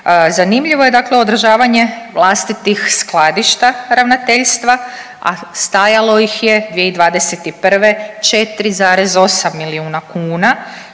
Zanimljivo je dakle održavanje vlastitih skladišta ravnateljstva, a stajalo ih je 2021. 4,8 milijuna kuna,